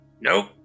Nope